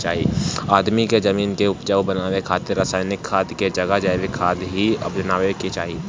आदमी के जमीन के उपजाऊ बनावे खातिर रासायनिक खाद के जगह जैविक खाद ही अपनावे के चाही